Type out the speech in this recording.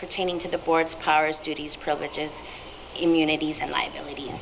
pertaining to the board's powers duties privileges immunities and liabilit